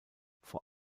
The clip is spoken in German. vor